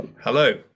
Hello